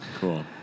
Cool